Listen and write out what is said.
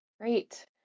Great